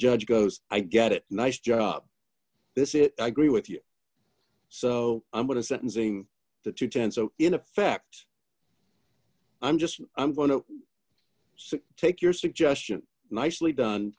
judge goes i get it nice job this it i agree with you so i'm going to sentencing the judge and so in effect i'm just i'm going to take your suggestion nicely done